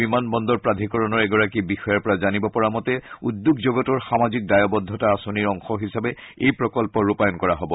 বিমান বন্দৰ প্ৰাধিকৰণৰ এগৰাকী বিষয়াৰ পৰা জানিব পৰা মতে উদ্যোগ জগতৰ সামাজিক দায়বদ্ধতা আঁচনিৰ অংশ হিচাপে এই প্ৰকল্প ৰূপায়ণ কৰা হ'ব